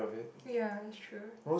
ya that's true